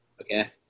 okay